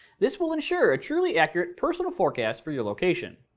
this will ensure a truly accurate personal forecast for your location.